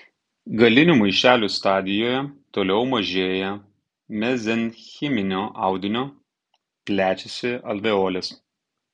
galinių maišelių stadijoje toliau mažėja mezenchiminio audinio plečiasi alveolės